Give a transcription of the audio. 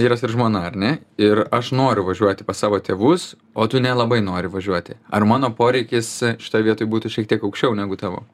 vyras ir žmona ar ne ir aš noriu važiuoti pas savo tėvus o tu nelabai nori važiuoti ar mano poreikis šitoj vietoj būtų šiek tiek aukščiau negu tavo